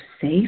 safe